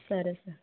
సరే సార్